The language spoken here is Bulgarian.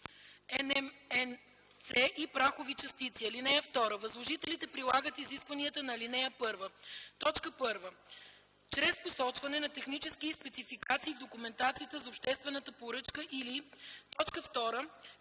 и прахови частици. (2) Възложителите прилагат изискванията на ал. 1: 1. чрез посочване като технически спецификации в документацията за обществената поръчка, или 2.